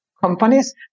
companies